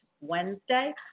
Wednesday